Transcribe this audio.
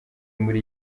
muri